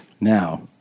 Now